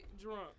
drunk